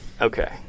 Okay